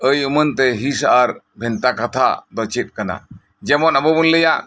ᱟᱹᱭᱩᱢᱟᱹᱱ ᱛᱮ ᱦᱤᱸᱥ ᱟᱨ ᱵᱷᱮᱱᱛᱟ ᱠᱟᱛᱷᱟ ᱫᱚ ᱪᱮᱫ ᱠᱟᱱᱟ ᱡᱮᱢᱚᱱ ᱟᱵᱚᱵᱚᱱ ᱞᱟᱹᱭᱟ